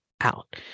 out